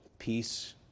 peace